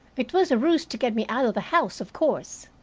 it was a ruse to get me out of the house, of course.